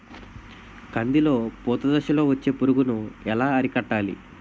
కందిలో పూత దశలో వచ్చే పురుగును ఎలా అరికట్టాలి?